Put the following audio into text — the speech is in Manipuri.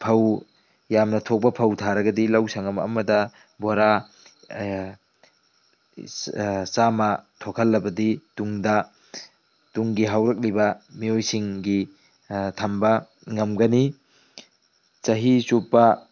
ꯐꯧ ꯌꯥꯝꯅ ꯊꯣꯛꯄ ꯐꯧ ꯊꯥꯔꯒꯗꯤ ꯂꯧ ꯁꯉꯝ ꯑꯃꯗ ꯕꯣꯔꯥ ꯆꯥꯃ ꯊꯣꯛꯍꯜꯂꯕꯗꯤ ꯇꯨꯡꯗ ꯇꯨꯡꯒꯤ ꯍꯧꯔꯛꯂꯤꯕ ꯃꯤꯑꯣꯏꯁꯤꯡꯒꯤ ꯊꯝꯕ ꯉꯝꯒꯅꯤ ꯆꯍꯤ ꯆꯨꯞꯄ